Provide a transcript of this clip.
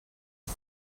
els